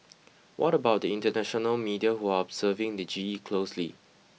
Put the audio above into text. what about the international media who are observing the G E closely